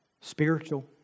spiritual